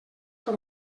que